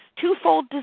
twofold